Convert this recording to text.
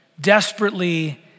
desperately